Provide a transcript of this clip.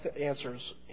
answers